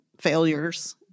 Failures